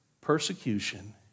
persecution